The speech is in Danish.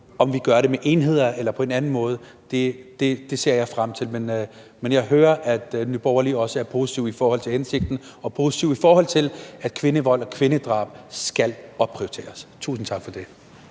om vi gør det med enheder eller på en anden måde, ser jeg frem til at debattere. Men jeg hører, at Nye Borgerlige også er positive i forhold til hensigten og positive i forhold til, at indsatsen mod kvindevold og kvindedrab skal opprioriteres. Tusind tak for det.